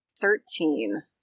Thirteen